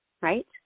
right